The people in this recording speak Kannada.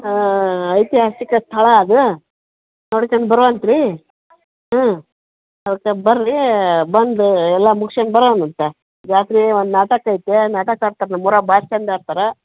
ಹಾಂ ಐತಿಹಾಸಿಕ ಸ್ಥಳ ಅದು ನೋಡ್ಕ್ಯಂಡು ಬರೋವಂತಿರಿ ಹ್ಞೂ ಅವತ್ತು ಬನ್ರಿ ಬಂದು ಎಲ್ಲ ಮುಗಿಸ್ಕೊಂಡ್ ಬರೋಣಂತ ರಾತ್ರಿ ಒಂದು ನಾಟಕ ಐತೆ ನಾಟಕ ಆಡ್ತಾರೆ ನಮ್ಮೂರಾಗ ಭಾರಿ ಚಂದ ಆಡ್ತಾರೆ